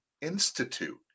Institute